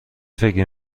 فکر